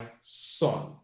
son